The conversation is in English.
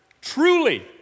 Truly